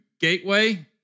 Gateway